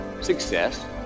success